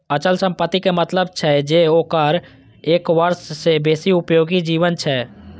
अचल संपत्ति के मतलब छै जे ओकर एक वर्ष सं बेसी उपयोगी जीवन छै